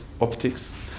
optics